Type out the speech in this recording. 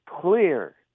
clear